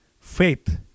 faith